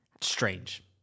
strange